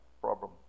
problem